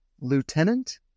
Lieutenant